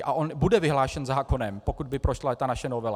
A on bude vyhlášen zákonem, pokud by prošla naše novela.